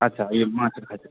अच्छा